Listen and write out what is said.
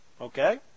Okay